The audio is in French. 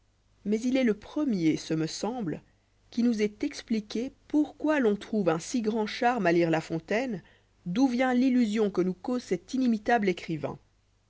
mais il est le premier ce me semble qui nous ait expliqué pourquoi l'on trouve un si grand charme à lire la fontaine d'où vient l'illusion que nous cause cet ini mitable écrivain